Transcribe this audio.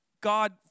God